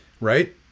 right